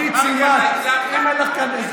עידית סילמן,